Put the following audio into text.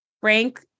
Frank